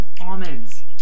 almonds